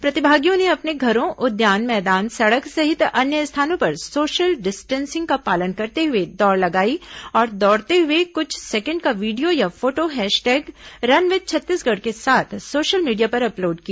प्रतिभागियों ने अपने घरों उद्यान मैदान सड़क सहित अन्य स्थानों पर सोशल डिस्टेंसिंग का पालन करते हुए दौड़ लगाई और दौड़ते हुए कुछ सेकेण्ड का वीडियो या photo hashtag run with Chhattisgarh के साथ सोशल मीडिया पर अपलोड की